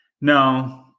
No